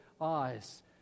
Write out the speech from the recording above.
eyes